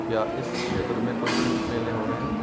क्या इस क्षेत्र में कोई शिल्प मेले हो रहे हैं